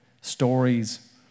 stories